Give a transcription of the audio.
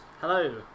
Hello